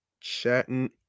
chatting